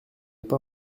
pas